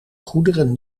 goederen